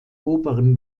oberen